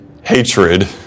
hatred